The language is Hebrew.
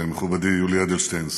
מכובדי יולי אדלשטיין,